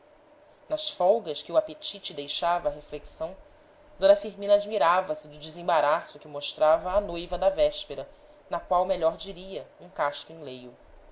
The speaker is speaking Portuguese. nas folgas que o apetite deixava à reflexão d firmina admirava-se do desembaraço que mostrava a noiva da véspera na qual melhor diria um casto enleio